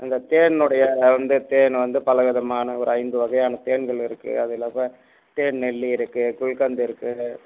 அந்த தேன் உடைய வந்து தேன் வந்து பலவிதமான ஒரு ஐந்து வகையான தேன்கள் இருக்கு அது இல்லாம தேன் நெல்லி இருக்கு குல்கந்த் இருக்கு